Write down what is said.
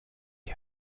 ihr